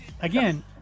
again